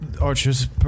archers